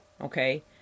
Okay